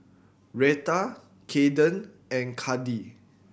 Reta Kaeden and Kandi